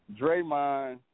Draymond